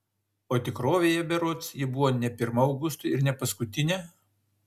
o tikrovėje berods ji buvo ne pirma augustui ir ne paskutinė